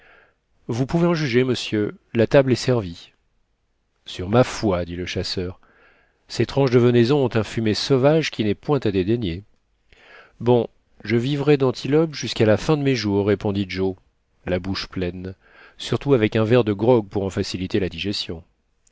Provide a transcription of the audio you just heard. vous pouvez en juger monsieur la table est servie sur ma foi dit le chasseur ces tranches de venaison ont un fumet sauvage qui n'est point à dédaigner bon je vivrais d'antilope jusqu'à la fin de mes jours répondit joe la bouche pleine surtout avec un verre de grog pour en faciliter la digestion